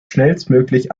schnellstmöglich